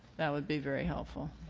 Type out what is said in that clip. that would be very helpful.